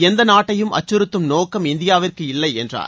எந்த நாட்டையும் அச்சுறுத்தும் நோக்கம் இந்தியாவிற்கு இல்லை என்றார்